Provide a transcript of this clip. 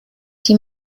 die